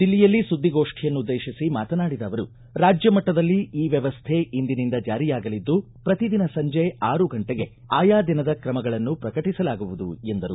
ದಿಲ್ಲಿಯಲ್ಲಿ ಸುದ್ದಿಗೋಷ್ಠಿಯನ್ನುದ್ದೇಶಿಸಿ ಮಾತನಾಡಿದ ಅವರು ರಾಜ್ಯ ಮಟ್ಟದಲ್ಲಿ ಈ ವ್ಯಮ್ದೆ ಇಂದಿನಿಂದ ಜಾರಿಯಾಗಲಿದ್ದು ಪ್ರತಿ ದಿನ ಸಂಜೆ ಆರು ಗಂಟೆಗೆ ಆಯಾದಿನದ ಕ್ರಮಗಳನ್ನು ಪ್ರಕಟಿಸಲಾಗುವುದು ಎಂದರು